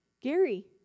Gary